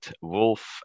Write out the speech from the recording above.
wolf